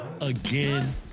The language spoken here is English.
again